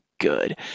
good